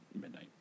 midnight